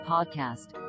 Podcast